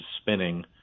spinning